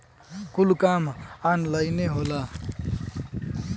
कुल काम ऑन्लाइने होला